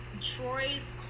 Troy's